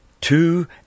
Two